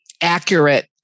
accurate